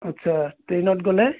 আচ্ছা ট্ৰেইনত গ'লে